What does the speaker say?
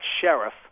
sheriff